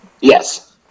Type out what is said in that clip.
Yes